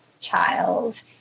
child